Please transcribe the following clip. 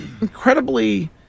incredibly